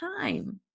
time